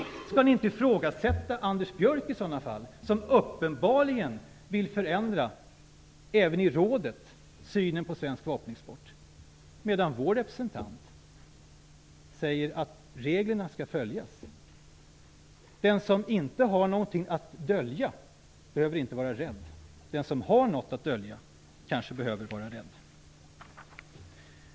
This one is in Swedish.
Skall då inte regeringen ifrågasätta Anders Björck, han som uppenbarligen även i rådet vill förändra synen på svensk vapenexport? Vår representant säger att reglerna skall följas. Den som inte har någonting att dölja behöver inte vara rädd. Den som har någonting att dölja bör kanske vara rädd.